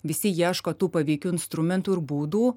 visi ieško tų paveikių instrumentų ir būdų